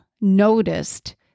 noticed